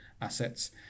assets